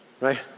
right